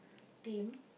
team